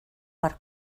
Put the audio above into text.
per